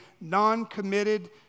non-committed